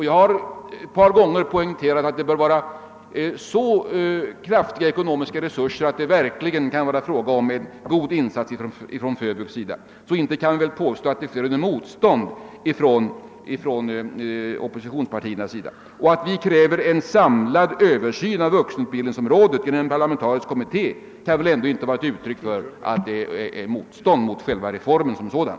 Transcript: Jag har ett par gånger poängterat att de ekonomiska resurserna bör vara så stora att FÖVUX verkligen kan göra en god insats. Så inte kan man väl påstå att man möter motstånd från oppositionspartierna. Och att vi kräver en samlad översyn av wvuxenutbildningsområdet genom en parlamentarisk kommitté kan väl inte vara något uttryck för ett motstånd mot reformen som sådan?